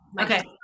okay